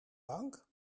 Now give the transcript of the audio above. bank